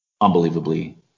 unbelievably